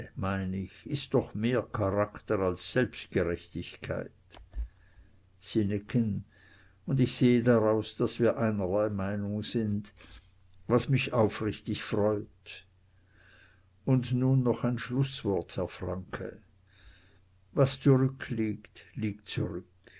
mein ich ist doch mehr charakter als selbstgerechtigkeit sie nicken und ich sehe daraus daß wir einerlei meinung sind was mich aufrichtig freut und nun noch ein schlußwort herr franke was zurückliegt liegt zurück